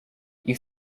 you